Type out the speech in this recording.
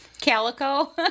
Calico